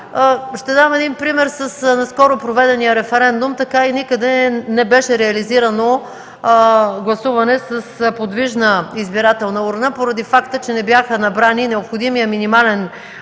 Ще дам пример с наскоро проведения референдум. Никъде не беше реализирано гласуване с подвижна избирателна урна поради факта, че не бяха набрани необходимия брой